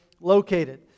located